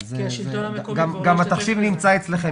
גם התחשיב נמצא אצלכם.